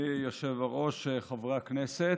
אדוני היושב-ראש, חברי הכנסת,